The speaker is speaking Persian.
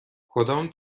کدام